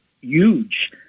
huge